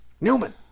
Newman